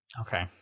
Okay